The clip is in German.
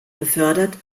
befördert